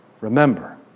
Remember